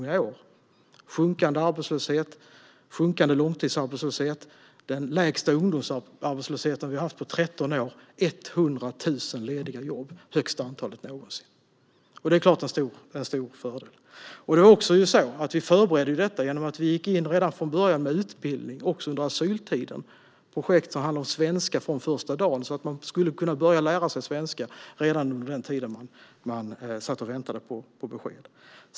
Det är sjunkande arbetslöshet, sjunkande långtidsarbetslöshet och den lägsta ungdomsarbetslöshet som vi haft på 13 år. Det finns 100 000 lediga jobb. Det är det största antalet någonsin. Det är klart en stor fördel. Vi förberedde för detta genom att vi gick in redan från början med utbildning också under asyltiden. Det är projekt som handlar om svenska från första dagen så att människor skulle kunna börja lära sig svenska redan under den tid de satt och väntade på besked.